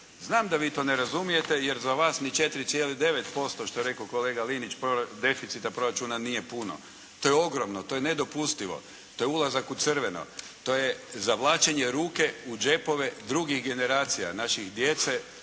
Znam da vi to ne razumijete jer za vas ni 4,9% što je rekao kolega Linić deficita proračuna nije puno. To je ogromno, to je nedopustivo, to je ulazak u crveno, to je zavlačenje ruke u đepove drugih generacija naše djece,